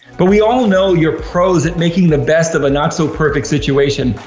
but we all know you're pros at making the best of a not so perfect situation,